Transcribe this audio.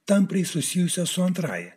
tampriai susijusios su antrąja